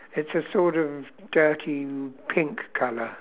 it's a sort of dirty pink colour